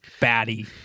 batty